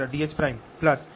ds Mr